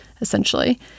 essentially